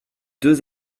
deux